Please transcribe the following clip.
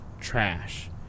trash